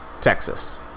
Texas